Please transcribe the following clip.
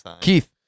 Keith